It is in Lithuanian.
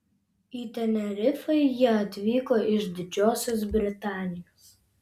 į tenerifę jie atvyko iš didžiosios britanijos